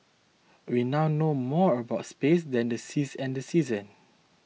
we now know more about space than the seas and seasons